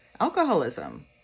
alcoholism